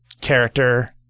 character